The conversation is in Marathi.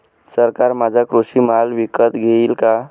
सरकार माझा कृषी माल विकत घेईल का?